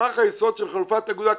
במסמך היסוד של חלופת האגודה כתוב,